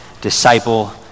disciple